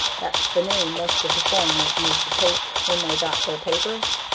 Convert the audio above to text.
that's the name most of the foreigners used to take when they got their papers.